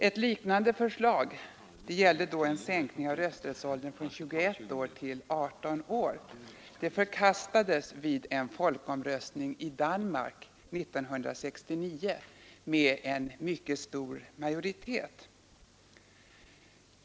Ett liknande förslag — det gällde då en sänkning av rösträttsåldern från 21 år till 18 år — förkastades vid en folkomröstning i Danmark 1969 med mycket stor majoritet.